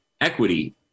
equity